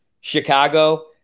Chicago